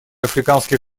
африканский